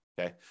okay